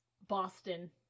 Boston